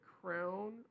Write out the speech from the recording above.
crown